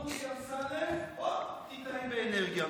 תחשוב "דודי אמסלם" הופ, תיטען באנרגיה.